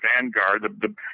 vanguard